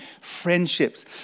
friendships